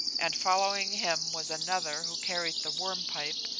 and following him was another who carried the worm pipe,